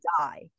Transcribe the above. die